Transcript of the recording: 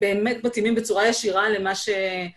באמת מתאימים בצורה ישירה למה ש...